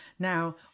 Now